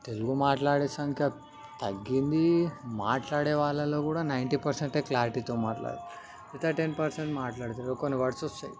తెలుగు మాట్లాడే సంఖ్య తగ్గింది మాట్లాడే వాళ్ళలో కూడా నైన్టీ పర్సెంటే క్లారిటీతో మాట్లాడుతాను మిగతా టెన్ పర్సెంట్ మాట్లాడుతారు కొన్ని వర్డ్స్ వస్తాయి